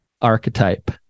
archetype